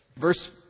Verse